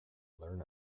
learn